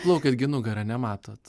plaukiat gi nugara nematot